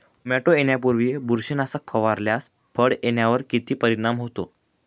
Tomato येण्यापूर्वी बुरशीनाशक फवारल्यास फळ येण्यावर किती परिणाम होतो?